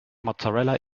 mozzarella